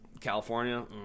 california